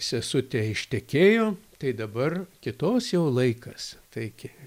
sesutė ištekėjo tai dabar kitos jau laikas taigi